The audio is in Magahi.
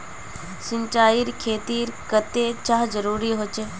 सिंचाईर खेतिर केते चाँह जरुरी होचे?